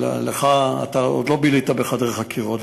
אתה עוד לא בילית בחדרי חקירות,